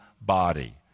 body